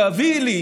תביאי לי